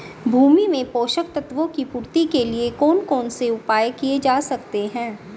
भूमि में पोषक तत्वों की पूर्ति के लिए कौन कौन से उपाय किए जा सकते हैं?